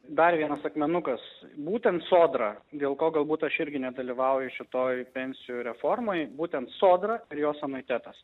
dar vienas akmenukas būtent sodra dėl ko galbūt aš irgi nedalyvauju šitoj pensijų reformoj būtent sodra ir jos anuitetas